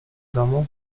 domu